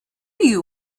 you